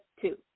two